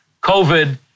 COVID